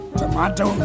tomato